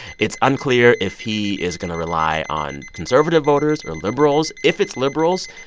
it's unclear if he is going to rely on conservative voters or liberals. if it's liberals,